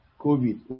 COVID